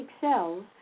cells